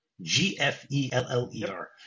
G-F-E-L-L-E-R